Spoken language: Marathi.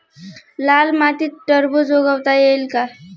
लाल मातीत टरबूज उगवता येईल का?